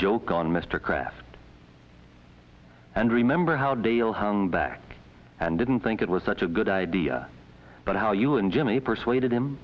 joke on mr kraft and remember how dale home back and didn't think it was such a good idea but how you and jimmy persuaded him